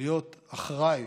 להיות אחראי